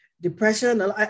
depression